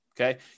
okay